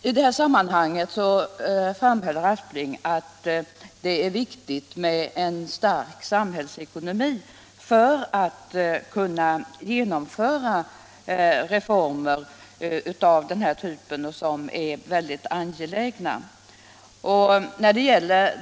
I detta sammanhang sade herr Aspling att det är nödvändigt med en stark samhällsekonomi för att man skall kunna genomföra angelägna reformer.